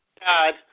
God